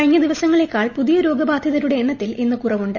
കഴിഞ്ഞ ദിവസങ്ങളെക്കാൾ പുതിയ രോഗബാധിതരുടെ എണ്ണത്തിൽ ഇന്ന് കുറവുണ്ട്